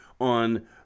on